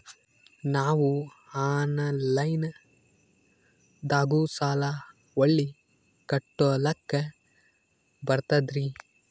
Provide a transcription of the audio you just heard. ನಾವು ಆನಲೈನದಾಗು ಸಾಲ ಹೊಳ್ಳಿ ಕಟ್ಕೋಲಕ್ಕ ಬರ್ತದ್ರಿ?